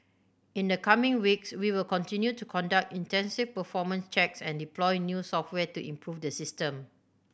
in the coming weeks we will continue to conduct intensive performance checks and deploy new software to improve the system